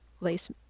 lace